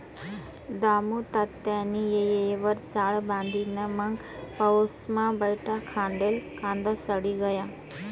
दामुतात्यानी येयवर चाळ बांधी नै मंग पाऊसमा बठा खांडेल कांदा सडी गया